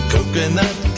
Coconut